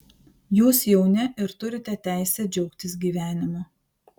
jūs jauni ir turite teisę džiaugtis gyvenimu